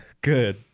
Good